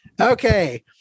Okay